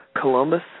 Columbus